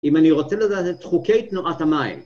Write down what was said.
אם אני רוצה לדעת את חוקי תנועת המים,